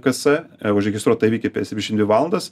ks užregistruot tą įvykį per septyniasdešim dvi valandas